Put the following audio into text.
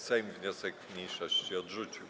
Sejm wniosek mniejszości odrzucił.